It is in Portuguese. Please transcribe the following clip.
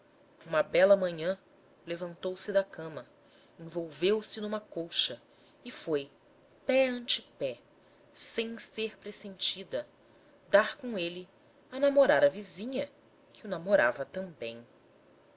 uma bela manhã levantou-se da cama envolveu-se numa colcha e foi pé ante pé sem ser pressentida dar com ele a namorar a vizinha que o namorava também